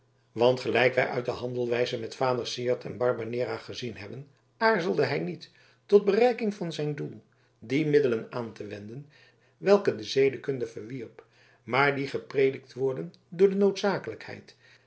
want gelijk wij uit zijn handelwijze met vader syard en barbanera gezien hebben aarzelde hij niet tot bereiking van zijn doel die middelen aan te wenden welke de zedekunde verwierp maar die gepredikt worden door de noodzakelijkheid